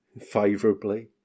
Favorably